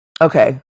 Okay